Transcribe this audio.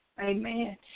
Amen